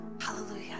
Hallelujah